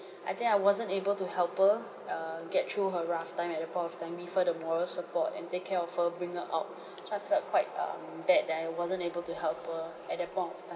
I think I wasn't able to help her err get through her rough time at the point of time give her the moral support and take care of her bring her out so I felt quite um bad that I wasn't able to help her at that point of time